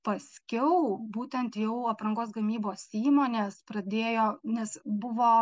paskiau būtent jau aprangos gamybos įmonės pradėjo nes buvo